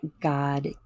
God